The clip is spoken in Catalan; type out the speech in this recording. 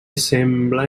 sembla